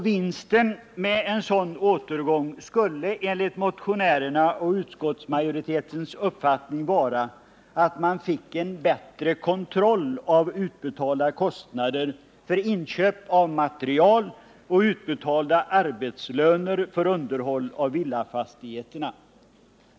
Vinsten med en sådan återgång skulle enligt motionärernas och utskottsmajoritetens uppfattning vara att man fick en bättre kontroll av utbetalda kostnader för inköp av material och utbetalda arbetslöner för underhåll av villafastigheterna.